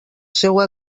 seua